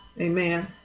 Amen